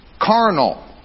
Carnal